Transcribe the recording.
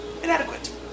Inadequate